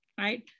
Right